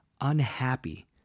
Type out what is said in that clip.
unhappy